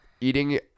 eating